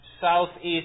southeast